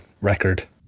record